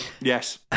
Yes